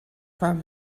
from